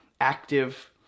active